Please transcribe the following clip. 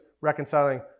reconciling